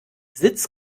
sitz